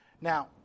Now